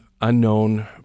unknown